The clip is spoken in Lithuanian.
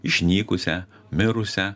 išnykusią mirusią